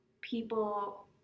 people